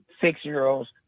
six-year-olds